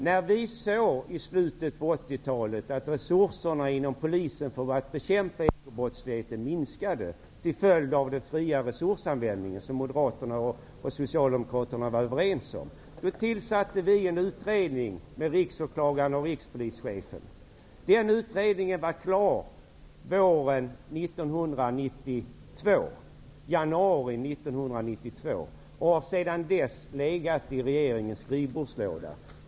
När vi i slutet på 80-talet såg att resurserna inom polisen för att bekämpa ekobrottsligheten minskade till följd av den fria resursanvändning som Moderaterna och Socialdemokraterna var överens om, tillsatte vi en utredning under riksåklagaren och rikspolischefen. Den utredningen var klar i januari 1992 och har sedan dess legat i regeringens skrivbordslåda.